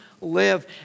live